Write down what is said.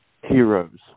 Heroes